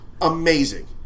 Amazing